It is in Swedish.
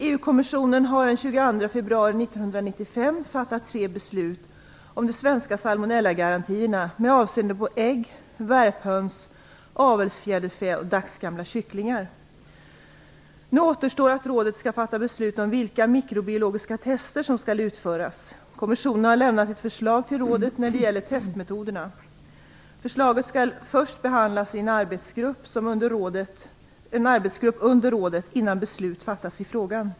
EU-kommissionen har den 22 februari 1995 fattat tre beslut om de svenska salmonellagarantierna med avseende på ägg, värphöns, avelsfjäderfä och dagsgamla kycklingar. Nu återstår att rådet skall fatta beslut om vilka mikrobiologiska tester som skall utföras. Kommissionen har lämnat ett förslag till rådet när det gäller testmetoderna. Förslaget skall först behandlas i en arbetsgrupp under rådet innan beslut fattas i frågan.